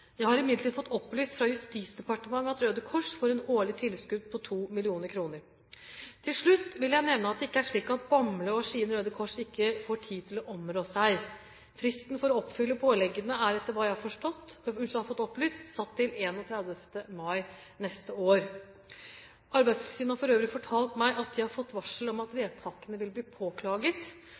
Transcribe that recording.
Jeg har imidlertid fått opplyst fra Justisdepartementet at Røde Kors får et årlig tilskudd på 2 mill. kr. Til slutt vil jeg nevne at det ikke er slik at Bamble og Skien Røde Kors ikke får tid til å områ seg. Fristen for å oppfylle påleggene er etter hva jeg har fått opplyst, satt til 31. mai neste år. Arbeidstilsynet har for øvrig fortalt meg at de har fått varsel om at vedtakene vil bli påklaget.